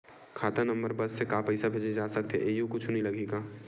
खाता नंबर बस से का पईसा भेजे जा सकथे एयू कुछ नई लगही का?